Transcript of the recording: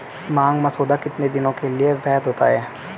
मांग मसौदा कितने दिनों के लिए वैध होता है?